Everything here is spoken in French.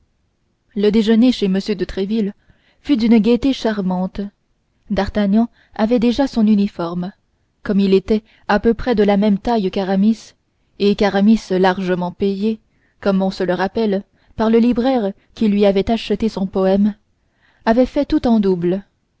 le déjeuner chez m de tréville fut d'une gaieté charmante d'artagnan avait déjà son uniforme comme il était à peu près de la même taille qu'aramis et qu'aramis largement payé comme on se le rappelle par le libraire qui lui avait acheté son poème avait fait tout en double